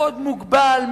מאוד מוגבל,